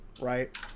Right